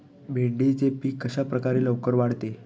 भेंडीचे पीक कशाप्रकारे लवकर वाढते?